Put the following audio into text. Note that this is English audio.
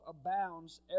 abounds